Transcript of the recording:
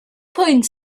pwynt